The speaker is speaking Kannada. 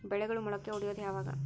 ಬೆಳೆಗಳು ಮೊಳಕೆ ಒಡಿಯೋದ್ ಯಾವಾಗ್?